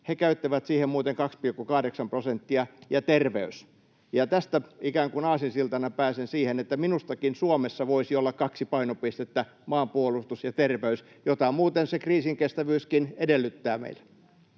he käyttävät siihen muuten 2,8 prosenttia — ja terveys. Tästä ikään kuin aasinsiltana pääsen siihen, että minustakin Suomessa voisi olla kaksi painopistettä, maanpuolustus ja terveys, joita muuten se kriisinkestävyyskin edellyttää meiltä.